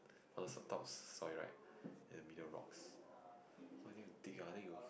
on the top soil right then the middle rocks !wah! then you dig ah then you